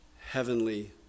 heavenly